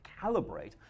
calibrate